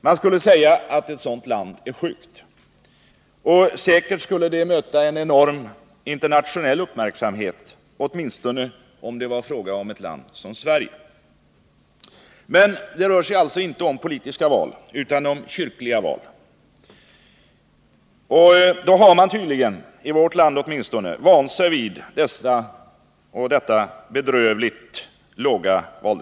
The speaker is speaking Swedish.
Man skulle säga att ett land där sådant förekommer är sjukt. Säkerligen skulle det möta en enorm internationell uppmärksamhet, åtminstone om det var fråga om ett land som Nr 30 Sverige. Fredagen den Men det rör sig alltså inte om politiska utan om kyrkliga val, och när det — 16 november 1979 gäller sådana har man tydligen åtminstone i vårt land vant sig vid ett bedrövligt lågt deltagand2.